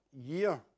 year